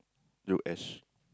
U_S